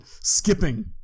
skipping